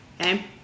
okay